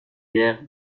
guère